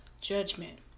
judgment